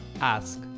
ask